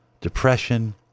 depression